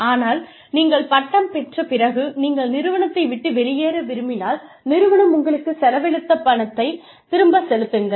ஆனால் நீங்கள் பட்டம் பெற்ற பிறகு நீங்கள் நிறுவனத்தை விட்டு வெளியேற விரும்பினால் நிறுவ்நாம் உங்களுக்குச் செலவழித்த பணத்தைத் திருப்பிச் செலுத்துங்கள்